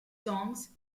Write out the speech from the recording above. songs